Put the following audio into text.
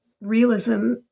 realism